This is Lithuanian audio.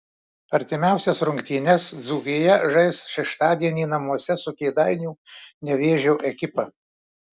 artimiausias rungtynes dzūkija žais šeštadienį namuose su kėdainių nevėžio ekipa